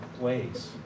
ways